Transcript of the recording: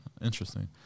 Interesting